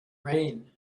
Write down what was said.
rain